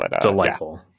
Delightful